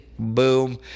Boom